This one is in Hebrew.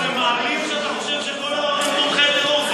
זה מעליב שאתה חושב שכל הערבים תומכי טרור.